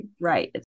Right